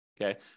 okay